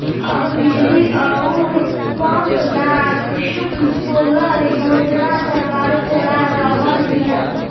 अब बिजली अउर पंप ला कुसुम सोलर योजना सरकार चला रहल बिया